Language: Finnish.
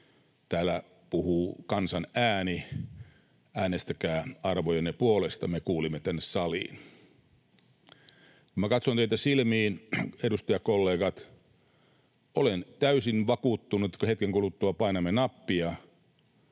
”Täällä puhuu kansan ääni, äänestäkää arvojenne puolesta”, me kuulimme tänne saliin. Kun minä katson teitä silmiin, edustajakollegat, olen täysin vakuuttunut, että kun hetken kuluttua painamme nappia,